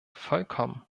vollkommen